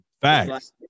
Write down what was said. Facts